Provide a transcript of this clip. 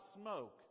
smoke